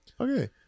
Okay